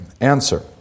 answer